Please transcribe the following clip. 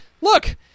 look